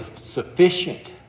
sufficient